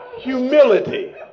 humility